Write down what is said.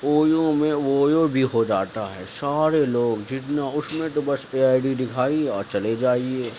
اویو میں اویو بھی ہو جاتا ہے سارے لوگ جتنا اس میں تو بس کہ آئی ڈی دکھائی اور چلے جائیے